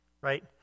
right